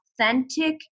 authentic